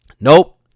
nope